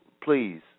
please